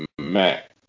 Mac